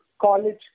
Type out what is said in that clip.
college